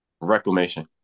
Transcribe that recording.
reclamation